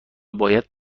باید